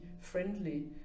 friendly